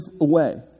away